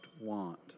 want